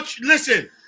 listen